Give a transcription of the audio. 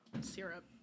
syrup